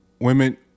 women